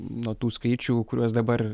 nuo tų skaičių kuriuos dabar